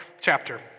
chapter